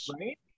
Right